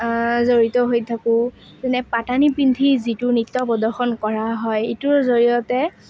জড়িত হৈ থাকোঁ যেনে পাতানি পিন্ধি যিটো নৃত্য প্ৰদৰ্শন কৰা হয় এইটোৰ জৰিয়তে